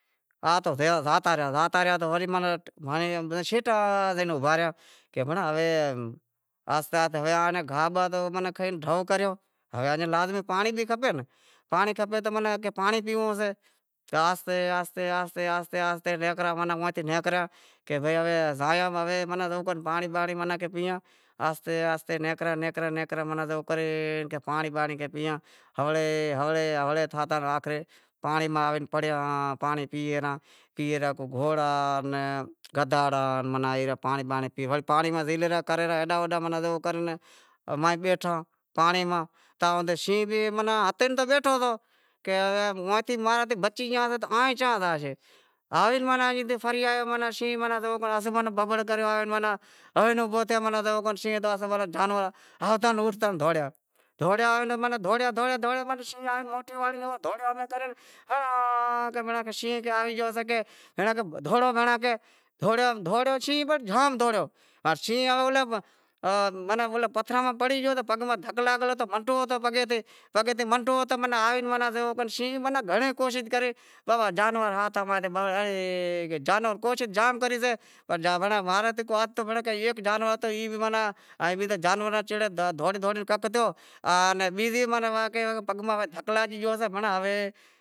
آ تو زاتا رہیا، زاتا رہیا تو آں تو ہنڑے شیٹا زائے واریا کہ بھائی ہنڑاں، آہستے آہستے گاہ باہ کھئی ڈھو کریو ہوے ہے لازمی پانڑی بھی کھپے ناں، پانڑی کھپے ماناں پانڑی پیونڑو سے۔ آہستے آہستے آہستے آہستے آہستے نیکریا بھائی ہے زیووکر پانڑی بانڑی پیواں ہوڑے ہوڑےہوڑے تھاتا آوے پانڑی ماہ آئے پڑیا۔ پانڑی پیئے رہیا کو گھوڑا کو گدہاڑا ماناں ای پانڑی پیئے رہیا، ماناں پانڑی ماہ زیلہے رہیا ایڈاں ہوڈاں جیووکر ماہیں بیٹھا تاں شینہں بھی ہتے ئی ماناں بیٹھو ہتو کہ موہندی بار بچی گیا تو ہائیں چاں زاشیں؟ آوے ناں شینہں پھری آیو ببڑ کرے تو جانور آوے اوٹھتا دہوڑیا۔ دہوڑیا آوے، دہوڑیا دہوڑیا دہوڑیا ماناں شینہں آوی پیو۔ ہنڑاں کہ شینہں بھینڑاں آوی گیو سے دہوڑو بھینڑاں، دہوڑیا دہوڑیا پنڑ شینہں پنڑ جام دہوڑیو، شینہں ماناں اولاں پتھراں ماہ پڑی گیو سے، پگ ماہ دھک لاگل ہتو منڈو ہتو پگے تے منڈو ہتو ماناں شینہں گھنڑے ئی کوشش کری پر بابا جانور ہاتھ ماہ زاتا رہیا کوشش جام کری سے جانوراں سیڑے دہوڑی دہوڑی کنک تھیو بیزی تو پگ میں دھک لاگی گیو سے ہوے